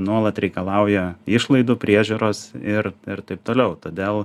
nuolat reikalauja išlaidų priežiūros ir ir taip toliau todėl